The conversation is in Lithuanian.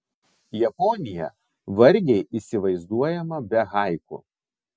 japonija vargiai įsivaizduojama be haiku